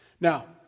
Now